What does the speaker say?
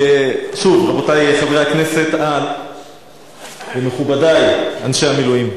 שוב, רבותי חברי הכנסת, מכובדי אנשי המילואים,